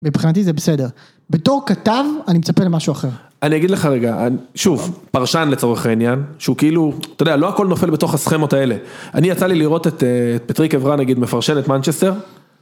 מבחינתי זה בסדר. בתור כתב, אני מצפה למשהו אחר. אני אגיד לך רגע, שוב, פרשן לצורך העניין, שהוא כאילו, אתה יודע, לא הכל נופל בתוך הסכמות האלה. אני יצא לי לראות את פטרי קברן, נגיד, מפרשן את מנצ׳סטר .